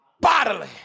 bodily